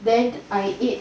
then I ate